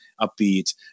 upbeat